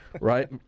right